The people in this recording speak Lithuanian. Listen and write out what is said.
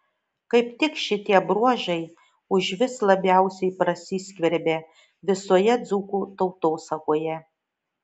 kaip tik šitie bruožai užvis labiausiai prasiskverbia visoje dzūkų tautosakoje